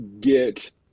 get